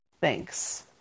Thanks